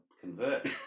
convert